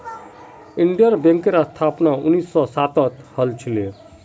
Indian बैंकेर स्थापना उन्नीस सौ सातत हल छिले